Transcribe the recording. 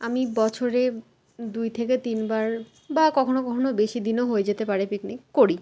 আমি বছরে দুই থেকে তিনবার বা কখনো কখনো বেশি দিনও হয়ে যেতে পারে পিকনিক করি